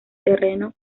terreno